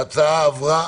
ההצעה עברה.